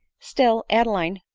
still, adeline,